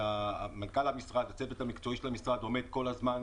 מנכ"ל המשרד והצוות המקצועי של המשרד עומדים כל הזמן